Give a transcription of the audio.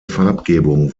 farbgebung